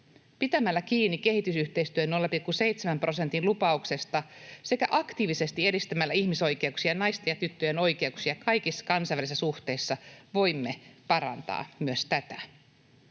Pitämällä kiinni kehitysyhteistyön 0,7 prosentin lupauksesta sekä edistämällä aktiivisesti ihmisoikeuksia ja naisten ja tyttöjen oikeuksia kaikissa kansainvälisissä suhteissa voimme parantaa myös tätä.